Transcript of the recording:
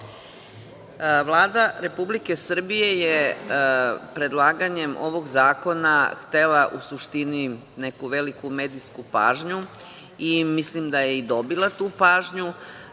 Vlada Republike Srbije je predlaganjem ovog zakona htela u suštini neku veliku medijsku pažnju, i mislim da je i dobila tu pažnju,